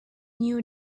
knew